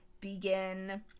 begin